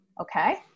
okay